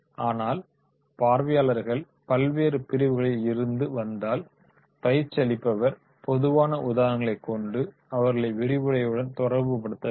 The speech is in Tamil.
ஆனால் பார்வையாளர்கள் பல்வேறுப் பிரிவுகளில் இருந்து வந்தால் பயிற்சி அளிப்பவர் பொதுவான உதாரணங்களைக் கொண்டு அவர்களை விரிவுரையுடன் தொடர்புப் படுத்தல் வேண்டும்